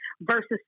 versus